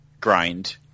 grind